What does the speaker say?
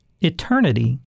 eternity